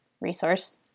resource